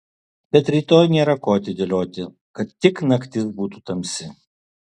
bet rytoj nėra ko atidėlioti kad tik naktis būtų tamsi